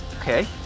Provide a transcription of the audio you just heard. Okay